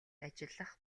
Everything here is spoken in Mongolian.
ажиллах